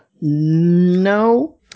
No